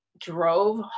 drove